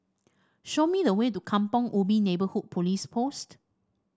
show me the way to Kampong Ubi Neighbourhood Police Post